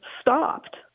stopped